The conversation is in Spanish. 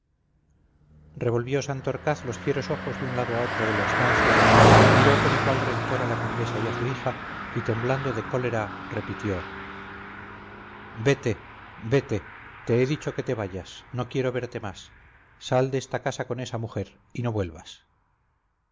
revolvió santorcaz los fieros ojos de un lado a otro de la estancia miró con igual rencor a la condesa y a su hija y temblando de cólera repitió vete vete te he dicho que te vayas no quiero verte más sal de esta casa con esa mujer y no vuelvas